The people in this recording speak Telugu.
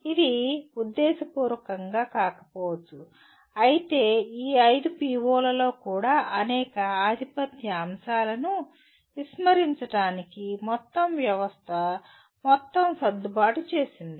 ఇది ఉద్దేశపూర్వకంగా కాకపోవచ్చు అయితే ఈ 5 PO లలో కూడా అనేక ఆధిపత్య అంశాలను విస్మరించడానికి మొత్తం వ్యవస్థ మొత్తం సర్దుబాటు చేసింది